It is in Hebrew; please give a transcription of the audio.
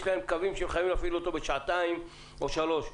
יש להם קווים שהם יכולים להפעיל אותם בשעתיים או בשלוש שעות.